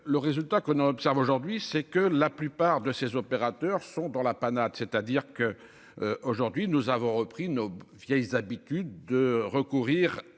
le résultat qu'on observe aujourd'hui c'est que la plupart de ces opérateurs sont dans la panade. C'est-à-dire que. Aujourd'hui, nous avons repris nos vieilles habitudes de recourir